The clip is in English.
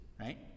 right